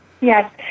Yes